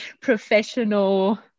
professional